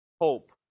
hope